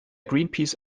greenpeace